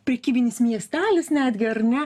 prekybinis miestelis netgi ar ne